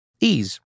Ease